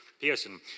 Pearson